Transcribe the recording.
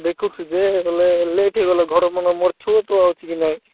ଦେଖୁଛି ଯେ ହେଲେ ଲେଟ୍ ହେଇଗଲା ଘରେ ମାନେ ମୋର ଛୁଆଟେ ଅଛି କି ନାଇଁ